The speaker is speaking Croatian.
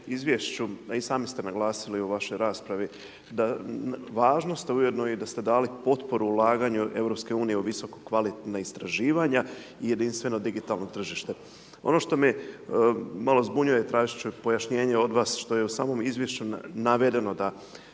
izvješću a i sami ste naglasili u vašoj raspravi na važnost a ujedno i da ste dali potporu ulaganju EU o visoko kvalitetna istraživanja i jedinstveno digitalno tržište. Ono što me malo zbunjuje, tražiti ću pojašnjenje od vas što je u samom izvješću navedeno da